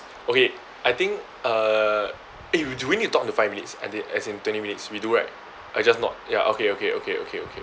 okay I think uh eh do we need talk on the five minutes a~ i~ as in twenty minutes we do right I just not ya okay okay okay okay okay